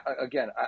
Again